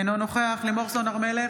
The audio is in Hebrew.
אינו נוכח לימור סון הר מלך,